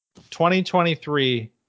2023